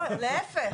לא, להיפך.